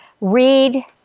Read